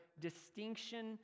distinction